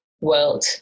world